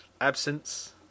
absence